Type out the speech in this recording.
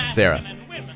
sarah